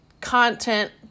content